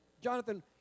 Jonathan